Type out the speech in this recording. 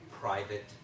private